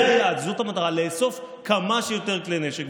זה היעד, זאת המטרה, לאסוף כמה שיותר כלי נשק.